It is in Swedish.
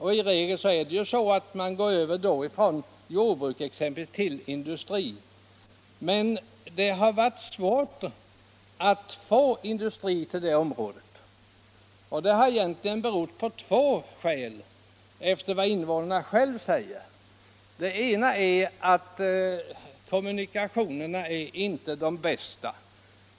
I regel går man då över från jordbruk till exempelvis industri. Men det har varit svårt att få industrier till detta område. Det har enligt vad invånarna själva säger berott på två omständigheter. Den ena är att kommunikationerna inte är de bästa.